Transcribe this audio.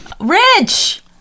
Rich